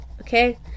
okay